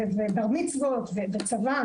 בר מצווה וצבא,